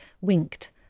winked